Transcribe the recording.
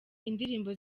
indirimbo